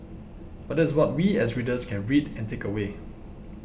but that's what we as readers can read and take away